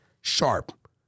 Sharp